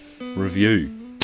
review